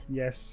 yes